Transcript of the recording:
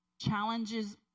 Challenges